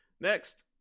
Next